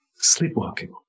Sleepwalking